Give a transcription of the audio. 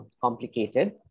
complicated